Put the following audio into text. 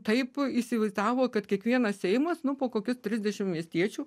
taip įsivaizdavo kad kiekvienas seimas nu po kokiu trisdešim miestiečių